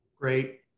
Great